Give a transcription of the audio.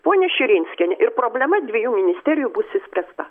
ponia širinskiene ir problema dviejų ministerijų bus išspręsta